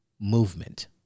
movement